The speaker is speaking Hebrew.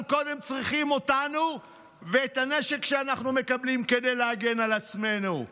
אבל קודם צריכים אותנו ואת הנשק שאנחנו מקבלים כדי להגן על עצמנו.